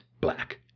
black